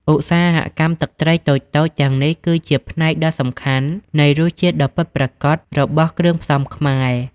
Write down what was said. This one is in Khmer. ឧស្សាហកម្មទឹកត្រីតូចៗទាំងនេះគឺជា ផ្នែកដ៏សំខាន់ នៃរសជាតិដ៏ពិតប្រាកដរបស់គ្រឿងផ្សំខ្មែរ។